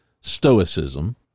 Stoicism